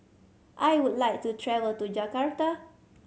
I would like to travel to Jakarta